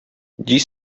dziś